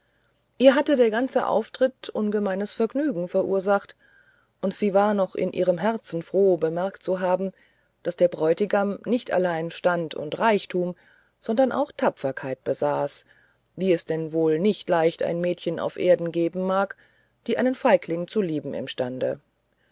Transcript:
ihr hatte der ganze auftritt ungemeines vergnügen verursacht und sie war noch in ihrem herzen froh bemerkt zu haben daß der bräutigam nicht allein stand und reichtum sondern auch tapferkeit besaß wie es denn wohl nicht leicht ein mädchen auf erden geben mag die einen feigling zu lieben imstande